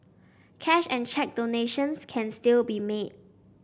cash and cheque donations can still be made